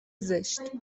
زشت